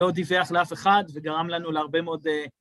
לא דיווח לאף אחד, וגרם לנו להרבה מאוד...